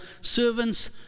servants